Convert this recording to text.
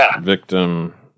victim